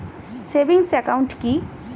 Savings account কি?